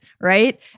Right